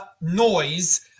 noise